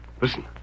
Listen